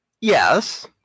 Yes